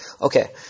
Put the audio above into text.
Okay